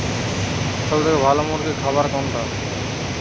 সবথেকে ভালো মুরগির খাবার কোনটি?